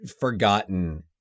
forgotten